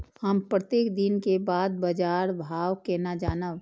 हम प्रत्येक दिन के बाद बाजार भाव केना जानब?